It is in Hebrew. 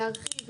להרחיב,